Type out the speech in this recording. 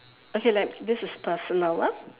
okay like this is personal ah